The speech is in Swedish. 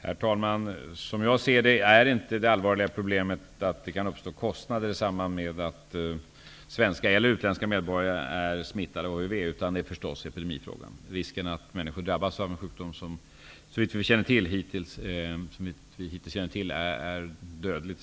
Herr talman! Som jag ser det är inte det allvarliga problemet att det kan uppstå kostnader i samband med att svenska eller utländska medborgare är smittade, utan det allvarliga problemet är naturligtvis epidemifrågan, dvs. risken att människor drabbas av en sjukdom som, såvitt vi hittills känner till, är dödlig.